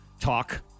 Talk